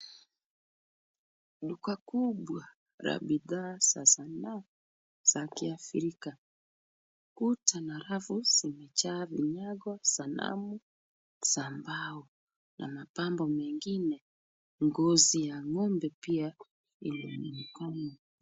Duka kubwa la bidhaa za sanaa za Kiafrika. Kuta na rafu zimejaa vinyago, sanamu za mbao na mapambo mengine. Ngozi ya ng'ombe pia inaonekana.